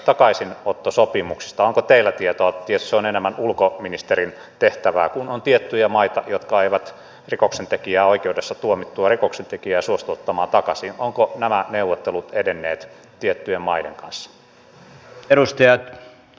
onko teillä tietoa tietysti se on enemmän ulkoministerin tehtävää että kun on tiettyjä maita jotka eivät rikoksentekijää oikeudessa tuomittua rikoksentekijää suostu ottamaan takaisin ovatko nämä neuvottelut edenneet tiettyjen maiden kanssa